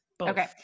Okay